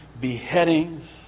beheadings